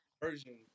version